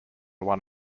one